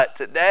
today